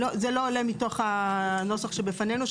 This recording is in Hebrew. זה לא עולה מתוך הנוסח שבפנינו,